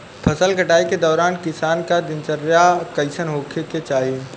फसल कटाई के दौरान किसान क दिनचर्या कईसन होखे के चाही?